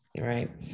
Right